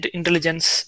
Intelligence